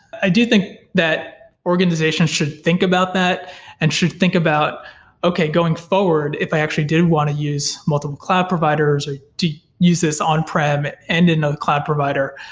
i do think that organizations should think about that and should think about okay, going forward, if i actually did want to use multiple cloud providers, or use this on-prem and another cloud provider,